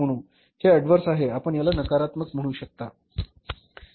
हे अॅडवर्स आहे आपण याला नकारात्मक म्हणू शकता